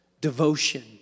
Devotion